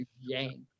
Yang